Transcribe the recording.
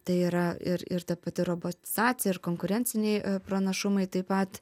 tai yra ir ir ta pati robotizacija ir konkurenciniai pranašumai taip pat